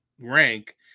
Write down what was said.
rank